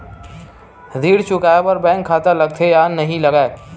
ऋण चुकाए बार बैंक खाता लगथे या नहीं लगाए?